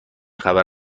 خبر